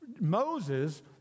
Moses